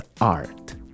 art